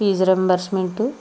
fees reimbursement